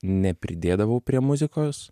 nepridėdavau prie muzikos